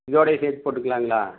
இதோடயே சேர்த்து போட்டுக்கலாம்ங்களா